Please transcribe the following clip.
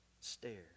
stare